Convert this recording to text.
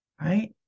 right